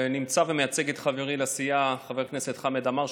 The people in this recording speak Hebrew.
נמצא ומייצג את חברי לסיעה חבר הכנסת חמד עמאר,